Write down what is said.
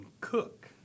cook